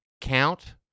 count